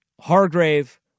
Hargrave